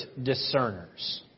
discerners